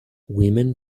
women